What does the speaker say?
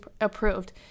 approved